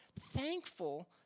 thankful